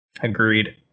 Agreed